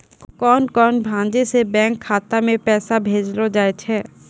कोन कोन भांजो से बैंक खाता मे पैसा भेजलो जाय छै?